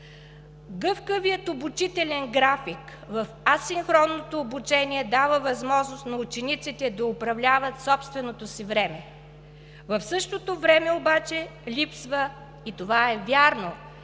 Гъвкавият обучителен график в асинхронното обучение дава възможност на учениците да управляват собственото си време. В същото време обаче липсва – и това е вярно